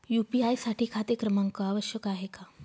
UPI साठी खाते क्रमांक आवश्यक आहे का?